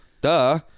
Duh